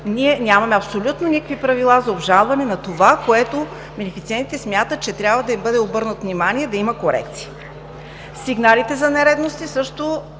ние нямаме абсолютно никакви правила за обжалване на това, което бенефициентите смятат, че трябва да им бъде обърнато внимание и да има корекция. Сигналите за нередности също